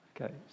Okay